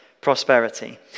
prosperity